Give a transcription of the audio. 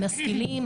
משכילים,